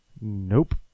Nope